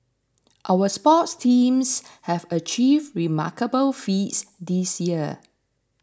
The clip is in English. our sports teams have achieved remarkable feats this year